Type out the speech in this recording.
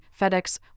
FedEx